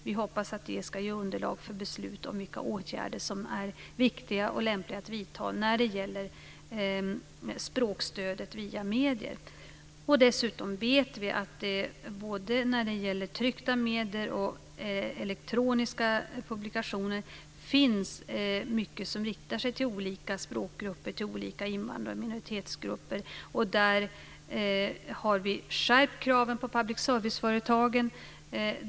Vi hoppas att det ska ge underlag för beslut om vilka åtgärder som är viktiga och lämpliga att vidta när det gäller språkstödet via medier. Dessutom vet vi att det finns mycket både tryckta medel och elektroniska publikationer som riktar sig till olika språkgrupper, till olika invandrar och minoritetsgrupper. Där har vi skärpt kraven på public service-företagen.